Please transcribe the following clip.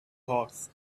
hawks